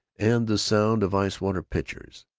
and the sound of ice-water pitchers.